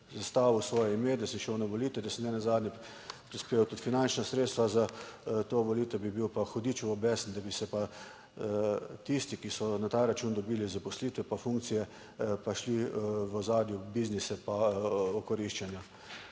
zastavil svoje ime, da sem šel na volitve, da sem nenazadnje prispeval tudi finančna sredstva za to, volitev bi bil pa / nerazumljivo/, da bi se pa tisti, ki so na ta račun dobili zaposlitve, pa funkcije, pa šli v ozadju biznise, pa okoriščanja.